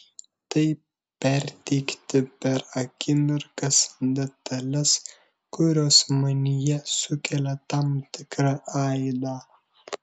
tai perteikti per akimirkas detales kurios manyje sukelia tam tikrą aidą